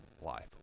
life